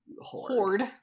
Horde